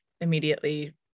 immediately